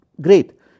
Great